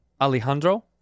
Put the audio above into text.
Alejandro